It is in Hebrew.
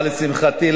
אבל לשמחתי,